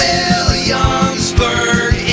Williamsburg